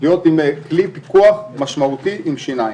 להיות עם כלי פיקוח משמעותי עם שיניים.